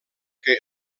que